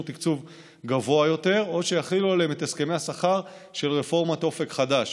תקצוב גבוה יותר או שיחילו עליהם את הסכמי השכר של רפורמת אופק חדש.